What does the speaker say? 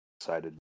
excited